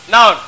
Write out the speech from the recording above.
Now